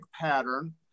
pattern